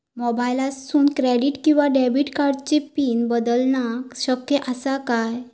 मोबाईलातसून क्रेडिट किवा डेबिट कार्डची पिन बदलना शक्य आसा काय?